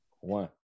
One